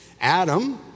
Adam